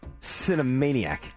Cinemaniac